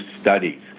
studies